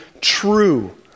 true